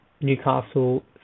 Newcastle